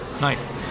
Nice